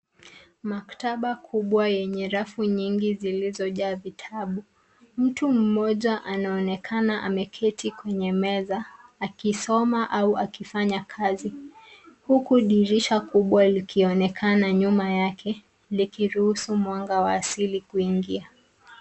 Maktaba kubwa yenye rafu nyingi zilizojaa vitabu. Mtu mmoja anaonekana ameketi kwenye meza, akisoma au akifanya kazi, huku dirisha kubwa likionekana nyuma yake likiruhusu mwanga wa asili kuingia.